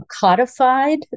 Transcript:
codified